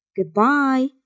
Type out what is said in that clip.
Goodbye 。